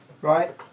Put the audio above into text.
Right